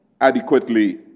adequately